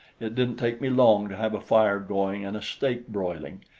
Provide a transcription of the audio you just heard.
it didn't take me long to have a fire going and a steak broiling,